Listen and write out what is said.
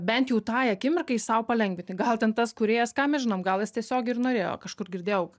bent jau tai akimirkai sau palengvinti gal ten tas kūrėjas ką mes žinom gal jis tiesiog ir norėjo kažkur girdėjau